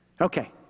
Okay